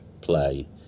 play